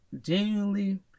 genuinely